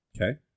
Okay